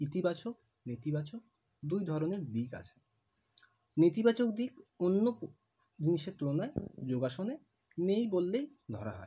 ইতিবাচক নেতিবাচক দুই ধরনের দিক আছে নেতিবাচক দিক অন্য জিনিসের তুলনায় যোগাসনে নেই বললেই ধরা হয়